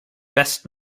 best